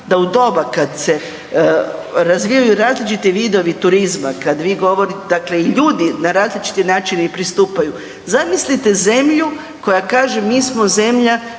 da u doba kad se razvijaju različiti vidovi turizma, kad vi govorite dakle i ljudi na različite načine i pristupaju, zamislite zemlju koja kaže mi smo zemlja